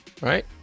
right